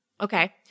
Okay